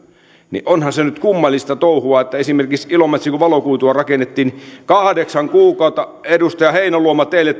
niin onhan se nyt kummallista touhua että esimerkiksi ilomantsissa kun valokuitua rakennettiin kahdeksan kuukautta edustaja heinäluoma erikoisesti teille